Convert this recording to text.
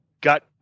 got